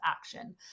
action